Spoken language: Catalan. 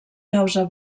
causa